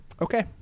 Okay